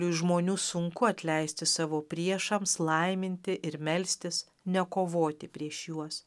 žmonių sunku atleisti savo priešams laiminti ir melstis nekovoti prieš juos